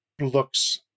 looks